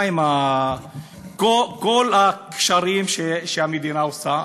מה עם כל הקשרים שהמדינה עושה,